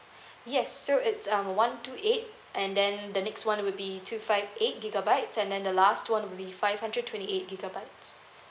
yes so it's um one two eight and then the next one will be two five eight gigabytes and then the last one will be five hundred twenty eight gigabytes